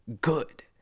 Good